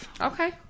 Okay